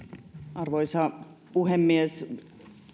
arvoisa puhemies